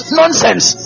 nonsense